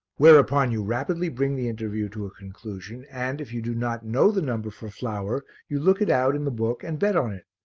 whereupon you rapidly bring the interview to a conclusion and, if you do not know the number for flower, you look it out in the book and bet on it.